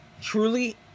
truly